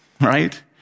right